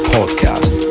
Podcast